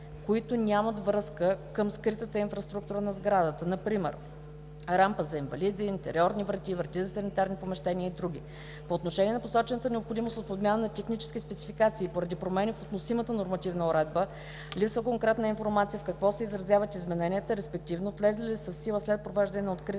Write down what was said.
които нямат връзка към „скритата“ инфраструктура на сградата, например рампа за инвалиди, интериорни врати, врати за санитарни помещения и други. По отношение на посочената необходимост от подмяна на технически спецификации поради промени в относимата нормативна уредба, липсва конкретна информация, в какво се изразяват измененията, респективно влезли ли са в сила след провеждането на откритата